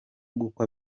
gukwa